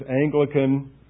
Anglican